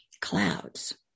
clouds